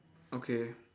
okay